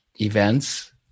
events